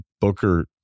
Booker